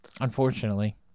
Unfortunately